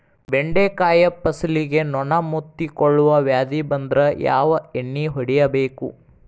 ಬೆಂಡೆಕಾಯ ಫಸಲಿಗೆ ನೊಣ ಮುತ್ತಿಕೊಳ್ಳುವ ವ್ಯಾಧಿ ಬಂದ್ರ ಯಾವ ಎಣ್ಣಿ ಹೊಡಿಯಬೇಕು?